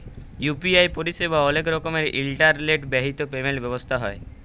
UPI পরিসেবা অলেক রকমের ইলটারলেট বাহিত পেমেল্ট ব্যবস্থা হ্যয়